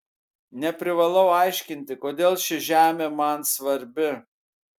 neprivalau aiškinti kodėl ši žemė man svarbi